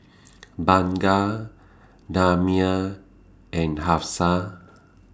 Bunga Damia and Hafsa